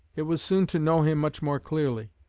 it was soon to know him much more clearly.